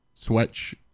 Switch